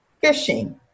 fishing